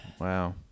Wow